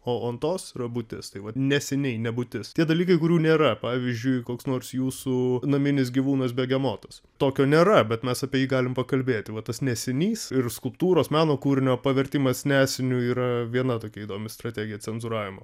o ontos yra būtis tai vat neseniai nebūtis tie dalykai kurių nėra pavyzdžiui koks nors jūsų naminis gyvūnas begemotas tokio nėra bet mes apie jį galim pakalbėti va tas nesinys ir skulptūros meno kūrinio pavertimas nesiniu yra viena tokia įdomi strategija cenzūravimo